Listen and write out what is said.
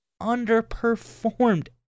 underperformed